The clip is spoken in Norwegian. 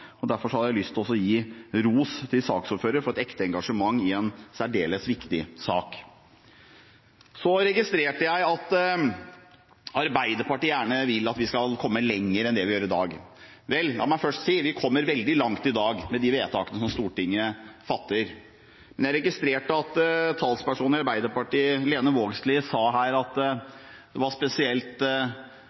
av. Derfor har jeg lyst til å gi ros til saksordføreren for et ekte engasjement i en særdeles viktig sak. Jeg registrerte at Arbeiderpartiet gjerne vil at vi skal komme lenger enn vi gjør i dag. La meg først si at vi kommer veldig langt med de vedtakene som Stortinget fatter i dag. Men jeg registrerte at talspersonen i Arbeiderpartiet, Lene Vågslid, sa det var spesielt